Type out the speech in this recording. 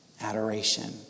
adoration